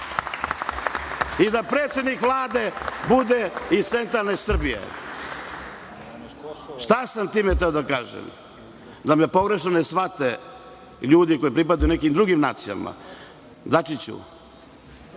i da predsednik Vlade bude iz centralne Srbije. Šta sam time hteo da kažem? Da me pogrešno ne shvate ljudi koji pripadaju nekim drugim nacijama, nikada